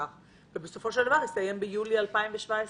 והסתיים ביולי 2017 האחרון.